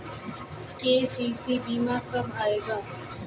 KCC बीमा कब आएगा?